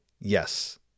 Yes